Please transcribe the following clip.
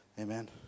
Amen